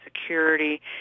security